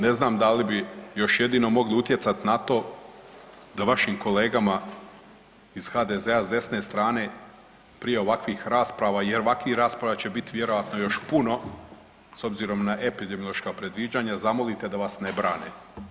Ne znam da li bi još jedino mogli utjecati na to da vašim kolegama iz HDZ-a s desne strane prije ovakvih rasprava, jer ovakvih rasprava će biti vjerojatno još puno s obzirom na epidemiološka predviđanja zamolite da vas ne brane.